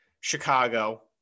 Chicago